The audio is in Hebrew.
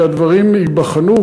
הדברים ייבחנו,